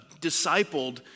discipled